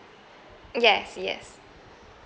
yes yes